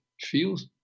feels